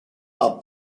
are